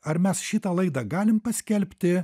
ar mes šitą laidą galim paskelbti